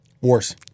Worse